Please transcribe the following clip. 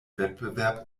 wettbewerb